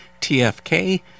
TFK